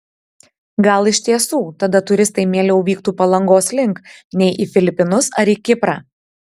gal iš tiesų tada turistai mieliau vyktų palangos link nei į filipinus ar į kiprą